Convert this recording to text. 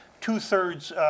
two-thirds